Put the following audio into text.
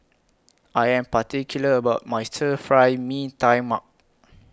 I Am particular about My Stir Fry Mee Tai Mak